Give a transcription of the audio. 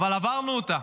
אבל עברנו אותה.